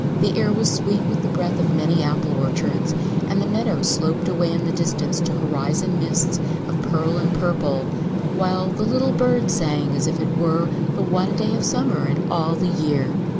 the air was sweet with the breath of many apple orchards and the meadows sloped away in the distance to horizon mists of pearl and purple while the little birds sang as if it were the one day of summer in all the year.